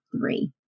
three